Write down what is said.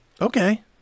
Okay